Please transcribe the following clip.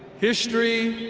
history,